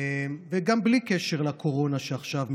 וגם בלי קשר לקורונה, שעכשיו מתחדשת.